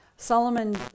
Solomon